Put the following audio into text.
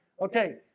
Okay